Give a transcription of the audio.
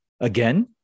Again